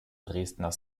dresdner